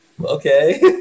okay